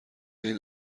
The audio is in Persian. این